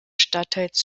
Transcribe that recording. stadtteils